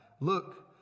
look